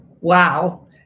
wow